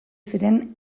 ziren